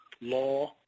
law